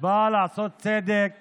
באה לעשות צדק